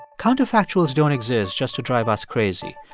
counterfactuals don't exist just to drive us crazy.